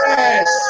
Yes